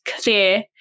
clear